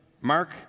Mark